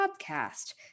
PODCAST